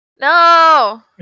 No